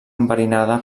enverinada